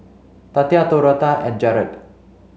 Tatia Dorotha and Gerald